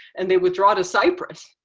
and they withdraw to cyprus,